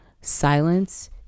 silence